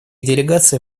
делегация